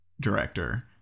director